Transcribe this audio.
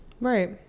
Right